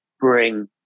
bring